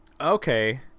Okay